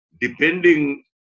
depending